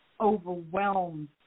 overwhelmed